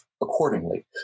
accordingly